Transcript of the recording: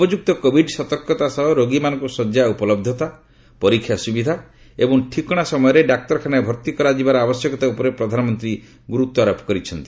ଉପଯୁକ୍ତ କୋଭିଡ ସତର୍କତା ସହ ରୋଗୀମାନଙ୍କୁ ଶଯ୍ୟା ଉପଲହ୍ଧତା ପରୀକ୍ଷାସୁବିଧା ଏବଂ ଠିକଣା ସମୟରେ ଡାକ୍ତରଖାନାରେ ଭର୍ତ୍ତି କରାଯିବାର ଆବଶ୍ୟକତା ଉପରେ ପ୍ରଧାନମନ୍ତ୍ରୀ ଗୁରୁତ୍ୱାରୋପ କରିଛନ୍ତି